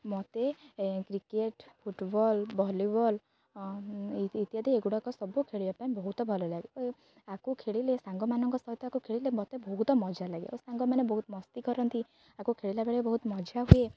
ମୋତେ cricket football volleyball ଇତ୍ୟାଦି ଏଗୁଡ଼ାକ ସବୁ ଖେଳିବା ପାଇଁ ବହୁତ ଭଲ ଲାଗେ ଓ ଆକୁ ଖେଳିଲେ ସାଙ୍ଗମାନଙ୍କ ସହିତ ଆକୁ ଖେଳିଲେ ମୋତେ ବହୁତ ମଜା ଲାଗେ ଓ ସାଙ୍ଗମାନେ ବହୁତ ମସ୍ତି କରନ୍ତି ଆକୁ ଖେଳିଲା ବେଳେ ବହୁତ ମଜା ହୁଏ